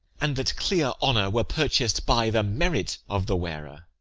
and that clear honour were purchas'd by the merit of the wearer!